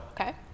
Okay